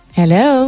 hello